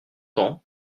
temps